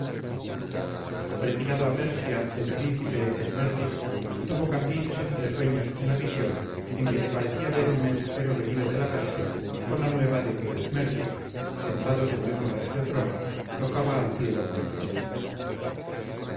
retirado a persia el príncipe esmerdis tuyo cambises entre sueños una visión en que le parecía ver un mensajero venido de la persia con la nueva de que esmerdis sentado sobre un regio trono tocaba al cielo con la cabeza